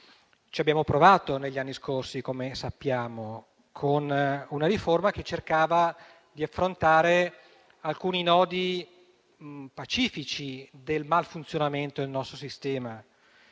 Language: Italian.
ci abbiamo provato negli anni scorsi, come sappiamo, con una riforma che cercava di affrontare alcuni nodi pacifici del malfunzionamento del nostro sistema.